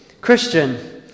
Christian